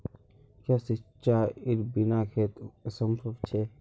क्याँ सिंचाईर बिना खेत असंभव छै?